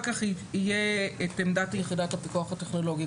כך יהיה את עמדת יחידת הפיקוח הטכנולוגי,